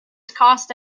cost